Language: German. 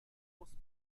muss